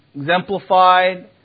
exemplified